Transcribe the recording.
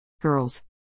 girls